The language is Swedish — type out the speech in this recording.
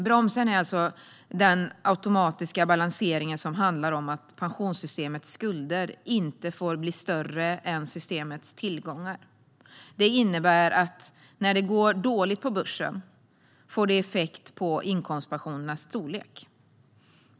Bromsen är den automatiska balansering som handlar om att pensionssystemets skulder inte får bli större än systemets tillgångar. Detta innebär att när det går dåligt på börsen får det effekt på inkomstpensionens storlek.